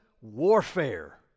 warfare